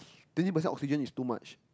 twenty percent oxygen is too much